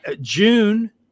June